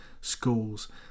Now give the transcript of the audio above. schools